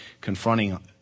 confronting